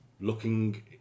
looking